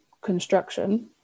construction